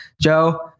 Joe